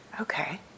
Okay